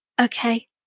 okay